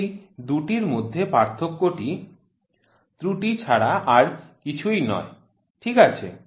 এই দুটির মধ্যে পার্থক্যটি ত্রুটি ছাড়া আর কিছুই নয় ঠিক আছে